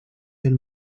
del